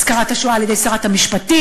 הזכרת השואה על-ידי שרת המשפטים,